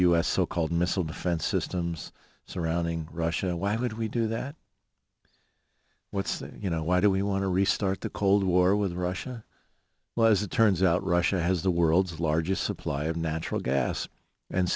us so called missile defense systems surrounding russia why would we do that what's the you know why do we want to restart the cold war with russia was it turns out russia has the world's largest supply of natural gas and